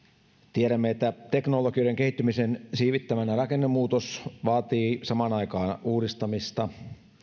tiedämme että teknologioiden kehittymisen siivittämänä rakennemuutos vaatii samaan aikaan uudistamista